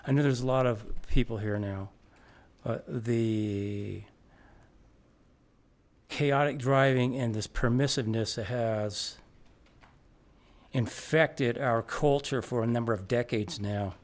i know there's a lot of people here now but the chaotic driving and this permissiveness it has infected our culture for a number of decades